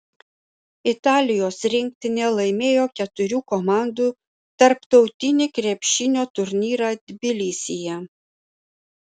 italijos rinktinė laimėjo keturių komandų tarptautinį krepšinio turnyrą tbilisyje